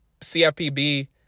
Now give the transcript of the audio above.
CFPB